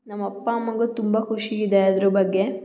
ನಮ್ಮ ಅಪ್ಪ ಅಮ್ಮನಿಗೂ ತುಂಬ ಖುಷಿ ಇದೆ ಅದ್ರ ಬಗ್ಗೆ